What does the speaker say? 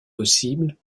possible